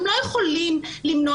הם לא יכולים למנוע.